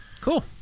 cool